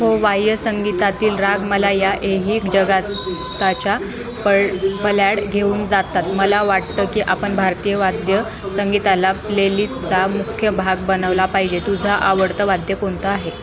हो वाद्यसंगीतातील राग मला या ऐहिक जगताच्या पळ पल्याड घेऊन जातात मला वाटतं की आपण भारतीय वाद्य संगीताला प्लेलिस्टचा मुख्य भाग बनवला पाहिजे तुझा आवडतं वाद्य कोणतं आहे